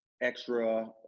extra